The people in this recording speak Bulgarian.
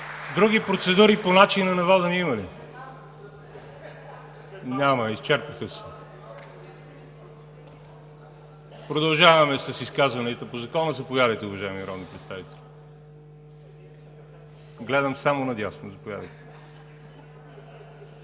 Други процедури по начина на водене има ли? Няма. Изчерпаха се. Продължаваме с изказванията по Закона. Заповядайте, уважаеми народни представители. Гледам само надясно, заповядайте.